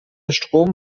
strom